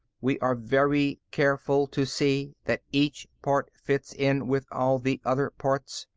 we are very careful to see that each part fits in with all the other parts.